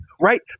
Right